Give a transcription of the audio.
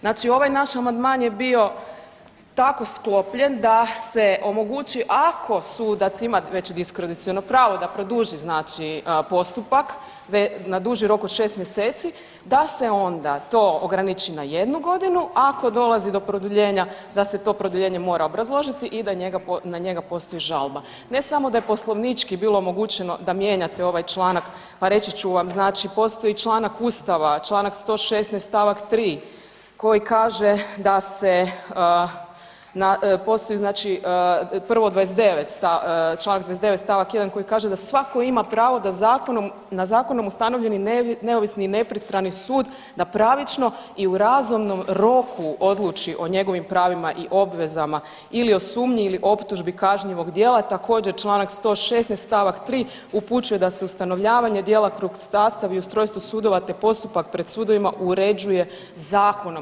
Znači ovaj naš amandman je bio tako sklopljen da se omogući ako sudac ima već diskreciono pravo da produži znači postupak na duži rok od 6 mjeseci da se onda to ograniči na jednu godinu, a ako dolazi do produljenja da se to produljenje mora obrazložiti i da na njega postoji žalba, ne samo da je poslovnički bilo omogućeno da mijenjate ovaj članak, pa reći ću vam znači postoji članak ustava, čl. 116. st. 3. koji kaže da se, postoji znači prvo 29., čl. 29. st. 1. koji kaže da svako ima pravo da zakonom, na zakonom ustanovljeni neovisni i nepristrani sud da pravično i u razumnom roku odluči o njegovim pravima i obvezama ili o sumnji ili optužbi kažnjivog djela također čl. 116. st. 3. upućuje da se ustanovljavanje, djelokrug i sastav i ustrojstvo sudova, te postupak pred sudovima uređuje zakonom.